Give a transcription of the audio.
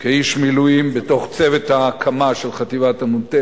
כאיש מילואים בתוך צוות ההקמה של חטיבת הנ"ט,